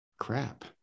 crap